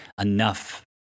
enough